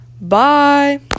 Bye